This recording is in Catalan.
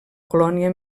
colònia